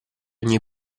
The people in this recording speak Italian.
ogni